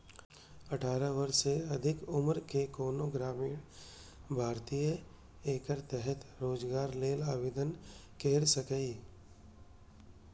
अठारह वर्ष सँ अधिक उम्रक कोनो ग्रामीण भारतीय एकर तहत रोजगार लेल आवेदन कैर सकैए